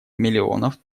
миллионов